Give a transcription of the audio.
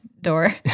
door